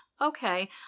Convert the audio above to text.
okay